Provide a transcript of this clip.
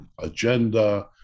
agenda